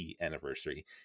anniversary